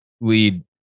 lead